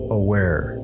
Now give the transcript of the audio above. aware